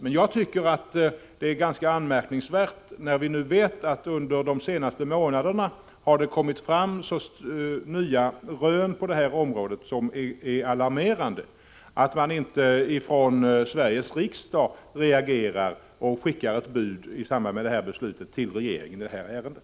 Men jag tycker att det är ganska anmärkningsvärt, när vi nu vet att det under de senaste månaderna har kommit fram nya alarmerande rön på det här området, att inte Sveriges riksdag reagerar och i samband med detta beslut skickar ett bud till regeringel i det här ärendet.